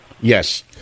Yes